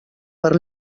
per